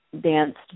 danced